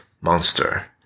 monster